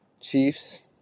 Chiefs